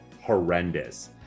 horrendous